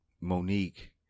Monique